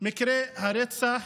מקרי הרצח